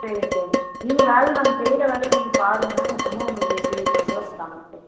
சரிங்க சார் நீங்கள் வேலை நாங்கள் செய்கிற வேலையை நீங்கள் பாருங்க அப்புறமா உங்களுக்கு எப்படி படுதோ அப்படி தாங்க சார்